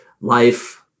life